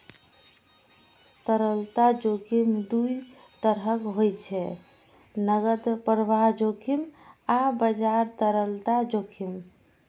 तरलता जोखिम दू तरहक होइ छै, नकद प्रवाह जोखिम आ बाजार तरलता जोखिम